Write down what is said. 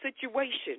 situation